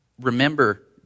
remember